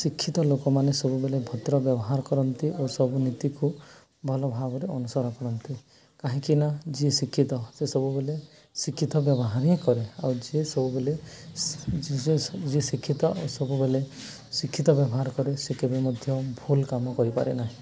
ଶିକ୍ଷିତ ଲୋକମାନେ ସବୁବେଳେ ଭଦ୍ର ବ୍ୟବହାର କରନ୍ତି ଓ ସବୁନୀତିକୁ ଭଲ ଭାବରେ ଅନୁସରଣ କରନ୍ତି କାହିଁକି ନା ଯିଏ ଶିକ୍ଷିତ ସେ ସବୁବେଳେ ଶିକ୍ଷିତ ବ୍ୟବହାର ହିଁ କରେ ଆଉ ଯିଏ ସବୁବେଳେ ଯିଏ ଶିକ୍ଷିତ ସବୁବେଳେ ଶିକ୍ଷିତ ବ୍ୟବହାର କରେ ସେ କେବେ ମଧ୍ୟ ଭୁଲ କାମ କରିପାରେ ନାହିଁ